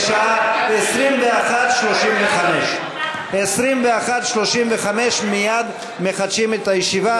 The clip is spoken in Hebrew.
בשעה 21:35. ב-21:35 מחדשים את הישיבה.